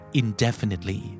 indefinitely